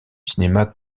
cinéma